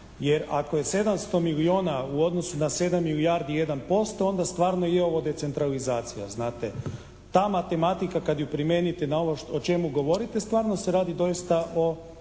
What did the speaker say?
Jer ako je 700 milijuna u odnosu na 7 milijardi 1% onda stvarno je ovo decentralizacija, znate. Ta matematika kad ju primijenite na ono o čemu govorite stvarno se radi doista o